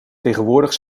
tegenwoordig